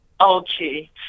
Okay